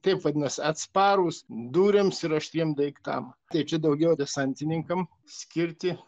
kaip vadinasi atsparūs dūriams ir aštriem daiktam tai čia daugiau desantininkam skirti